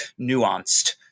nuanced